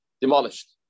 demolished